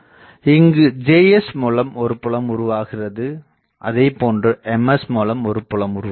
இங்கு Js மூலம் ஒரு புலம் உருவாகிறது அதேபோன்று Ms மூலம் ஒரு புலம் உருவாகிறது